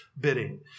bidding